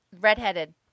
Redheaded